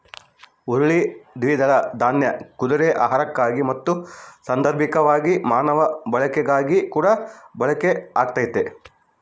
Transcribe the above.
ಹುರುಳಿ ದ್ವಿದಳ ದಾನ್ಯ ಕುದುರೆ ಆಹಾರಕ್ಕಾಗಿ ಮತ್ತು ಸಾಂದರ್ಭಿಕವಾಗಿ ಮಾನವ ಬಳಕೆಗಾಗಿಕೂಡ ಬಳಕೆ ಆಗ್ತತೆ